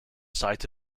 site